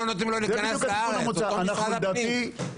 לדעתי,